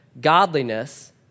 godliness